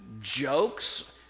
jokes